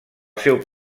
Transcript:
seu